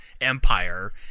empire